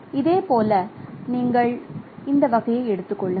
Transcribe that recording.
இதேபோல் நீங்கள் இந்த வகையை எடுத்து கொள்ளுங்கள்